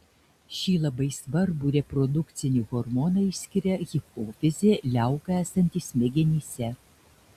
šį labai svarbų reprodukcinį hormoną išskiria hipofizė liauka esanti smegenyse